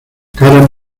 cara